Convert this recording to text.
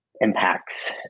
impacts